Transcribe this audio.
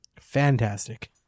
Fantastic